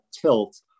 tilt